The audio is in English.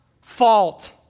fault